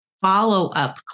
follow-up